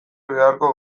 beharko